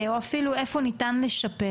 או אפילו איפה ניתן לשפר.